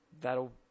That'll